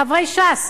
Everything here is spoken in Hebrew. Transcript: חברי ש"ס,